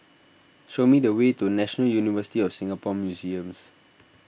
show me the way to National University of Singapore Museums